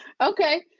Okay